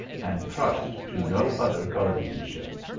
and trust to no other guardianship.